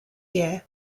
year